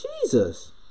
Jesus